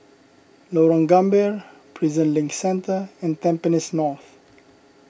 Lorong Gambir Prison Link Centre and Tampines North